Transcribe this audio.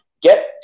Get